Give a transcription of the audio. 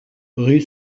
rue